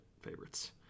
favorites